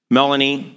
Melanie